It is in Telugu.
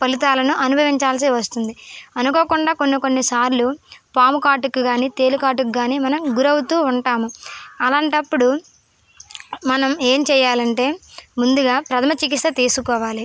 ఫలితాలను అనుభవించాల్సి వస్తుంది అనుకోకుండా కొన్ని కొన్ని సార్లు పాము కాటికి కాని తేలుకాటుకు కాని మనం గురవుతూ ఉంటాము అలాంటప్పుడు మనం ఏం చేయాలంటే ముందుగా ప్రధమ చికిత్స తీసుకోవాలి